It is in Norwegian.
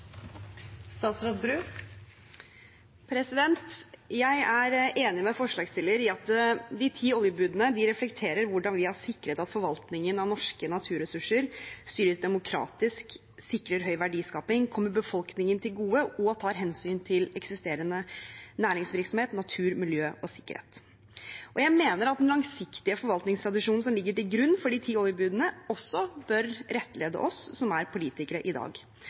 enig med forslagsstiller i at de ti oljebudene reflekterer hvordan vi har sikret at forvaltningen av norske naturressurser styres demokratisk, sikrer høy verdiskaping, kommer befolkningen til gode og tar hensyn til eksisterende næringsvirksomhet, natur, miljø og sikkerhet. Jeg mener at den langsiktige forvaltningstradisjonen som ligger til grunn for de ti oljebudene, også bør rettlede oss som er politikere i dag,